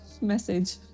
message